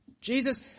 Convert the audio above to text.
jesus